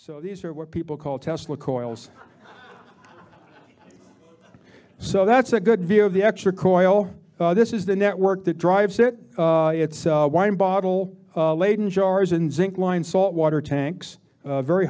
so these are what people call tesla coils so that's a good view of the extra coil this is the network that drives it it's wine bottle laden jars and zinc lined salt water tanks very